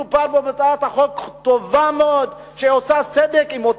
מדובר בהצעת חוק טובה מאוד שעושה סדר לגבי